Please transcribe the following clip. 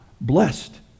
blessed